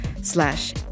slash